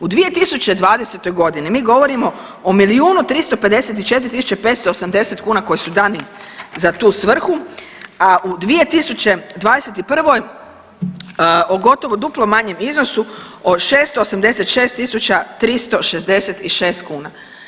U 2020.g. mi govorimo o milijunu 254 tisuće 580 kuna koji su dani za tu svrhu, a u 2021. o gotovo duplo manjem iznosu o 686 tisuća 366 kuna.